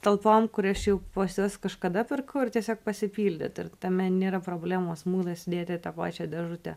talpom kur aš jau pas juos kažkada pirkau ir tiesiog pasipildyt ir tame nėra problemos muilą įsidėti į tą pačią dėžutę